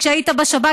כשהיית בשב"כ,